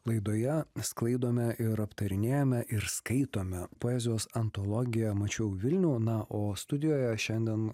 laidoje sklaidome ir aptarinėjome ir skaitome poezijos antologiją mačiau vilnių na o studijoje šiandien